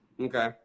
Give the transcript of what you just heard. Okay